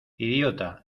idiota